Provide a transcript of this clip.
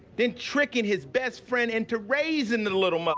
then tricking his best friend into raising the little